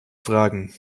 fragen